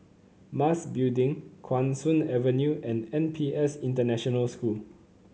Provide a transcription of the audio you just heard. Mas Building Guan Soon Avenue and N P S International School